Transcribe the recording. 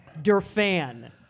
Durfan